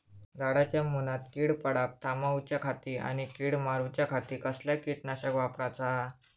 झाडांच्या मूनात कीड पडाप थामाउच्या खाती आणि किडीक मारूच्याखाती कसला किटकनाशक वापराचा?